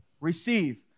receive